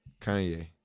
Kanye